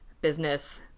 business